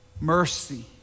mercy